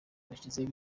bashyizeho